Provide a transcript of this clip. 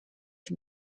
can